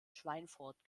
schweinfurt